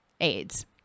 AIDS